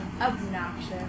Obnoxious